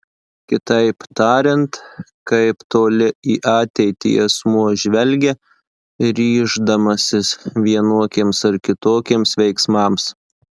kitaip tariant kaip toli į ateitį asmuo žvelgia ryždamasis vienokiems ar kitokiems veiksmams